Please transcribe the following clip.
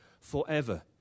forever